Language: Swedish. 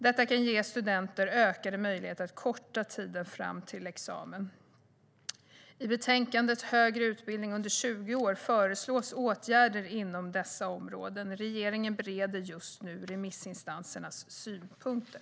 Detta kan ge studenter ökade möjligheter att korta tiden fram till examen. I betänkandet Högre utbildning under tjugo år föreslås åtgärder inom dessa områden. Regeringen bereder just nu remissinstansernas synpunkter.